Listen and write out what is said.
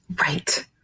Right